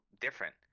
different